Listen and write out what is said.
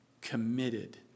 committed